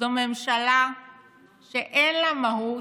זו ממשלה שאין לה מהות,